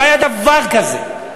לא היה דבר כזה.